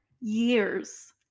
years